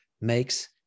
makes